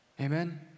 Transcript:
Amen